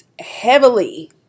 heavily